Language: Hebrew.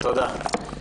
תודה.